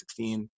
2016